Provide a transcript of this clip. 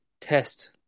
test